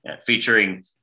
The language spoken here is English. featuring